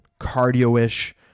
cardio-ish